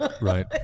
right